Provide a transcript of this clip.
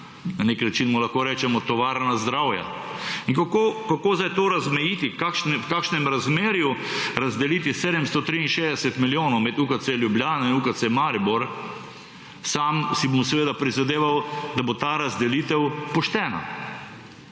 na nek način mu lahko rečemo tovarna zdravja, in kako zdaj to razmejiti, v kakšnem razmerju razdeliti 763 milijonov med UKC Ljubljana in UKC Maribor? Sam si bom seveda prizadeval, da bo ta razdelitev poštena.